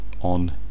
on